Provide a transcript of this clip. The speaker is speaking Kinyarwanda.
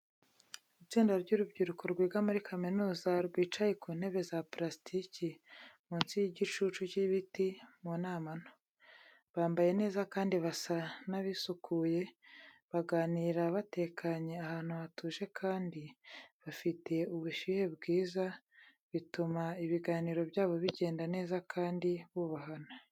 Itsinda ry’urubyiruko rwiga muri kaminuza rwicaye ku ntebe za purasitiki munsi y’igicucu cy’ibiti, mu nama nto. Bambaye neza kandi basa n’abisukuye, baganira batekanye ahantu hatuje kandi hafite ubushyuhe bwiza bituma ibiganiro byabo bigenda neza kandi bubahana.